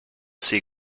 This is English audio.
see